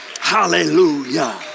Hallelujah